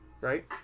right